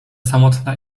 samotna